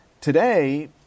Today